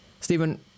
Stephen